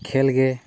ᱠᱷᱮᱹᱞ ᱜᱮ